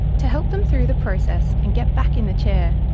to help them through the process and get back in the chair,